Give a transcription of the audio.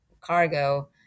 cargo